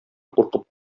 куркып